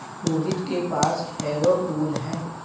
रोहित के पास harrow tool है